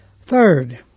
Third